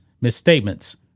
misstatements